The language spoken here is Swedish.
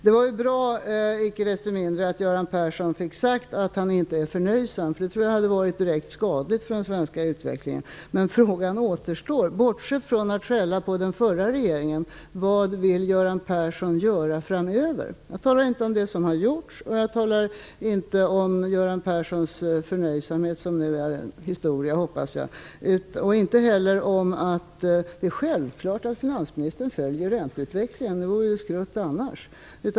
Det var icke desto mindre bra att Göran Persson fick sagt att han inte är förnöjsam. Det tror jag hade varit direkt skadligt för den svenska utvecklingen. Men frågan återstår: Vad vill Göran Persson göra framöver, bortsett från att skälla på den förra regeringen? Jag talar inte om det som har gjorts, och jag talar inte om Göran Perssons förnöjsamhet som jag nu hoppas är historia. Det är självklart att finansministern följer ränteutvecklingen. Det vore skrutt annars.